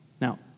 Now